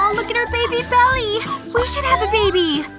um look at her baby belly! we should have a baby!